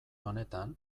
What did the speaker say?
honetan